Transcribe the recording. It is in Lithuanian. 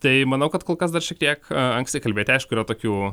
tai manau kad kol kas dar šiek tiek anksti kalbėti aišku yra tokių